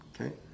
okay